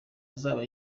azaba